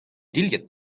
dilhad